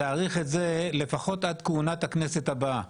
להאריך את זה לפחות עד כהונת הכנסת הבאה,